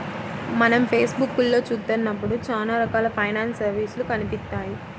మనం ఫేస్ బుక్కులో చూత్తన్నప్పుడు చానా రకాల ఫైనాన్స్ సర్వీసులు కనిపిత్తాయి